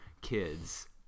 kids